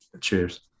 Cheers